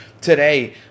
today